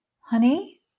Honey